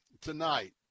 tonight